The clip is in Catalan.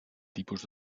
tipus